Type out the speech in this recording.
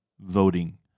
voting